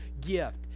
gift